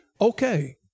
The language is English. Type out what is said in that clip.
okay